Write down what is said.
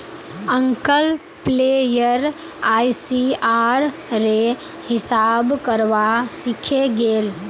uncle player ICR रे हिसाब करवा सीखे गेल